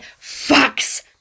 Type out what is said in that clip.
fucks